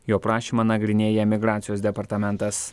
jo prašymą nagrinėja migracijos departamentas